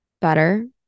better